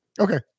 Okay